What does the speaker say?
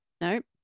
Nope